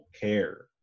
care